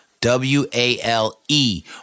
W-A-L-E